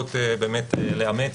נוהגות באמת לאמץ,